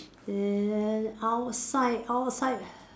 and outside outside